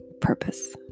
purpose